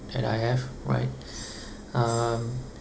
that I have right um